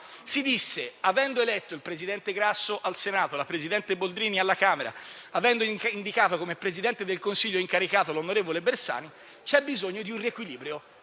Si disse che, avendo eletto il presidente Grasso al Senato e la presidente Boldrini alla Camera, avendo indicato come Presidente del Consiglio incaricato l'onorevole Bersani, c'era bisogno di un riequilibrio